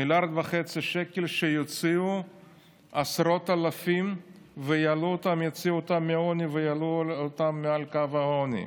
1.5 מיליארד שקל שיוציאו עשרות אלפים מעוני ויעלו אותם מעל קו העוני.